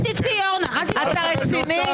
אל תצאי, אורנה.